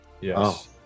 Yes